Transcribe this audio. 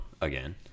again